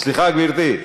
סליחה, גברתי.